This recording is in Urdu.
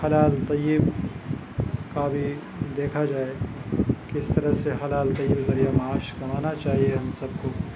حلال طیب کا بھی دیکھا جائے کس طرح سے حلال طیب ذریعہ معاش کمانا چاہیے ہم سب کو